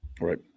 right